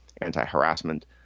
anti-harassment